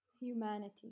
humanity